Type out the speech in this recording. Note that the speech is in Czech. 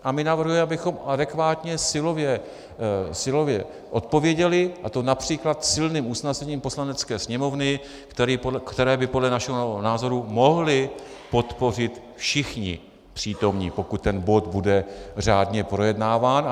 A my navrhujeme, abychom adekvátně silově odpověděli, a to například silným usnesením Poslanecké sněmovny, které by podle našeho názoru mohli podpořit všichni přítomní, pokud ten bod bude řádně projednáván.